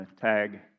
tag